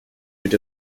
with